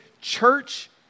church